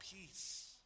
peace